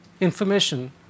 information